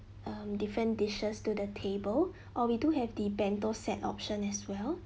um different dishes to the table orh we do have the bento set option as well